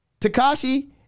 Takashi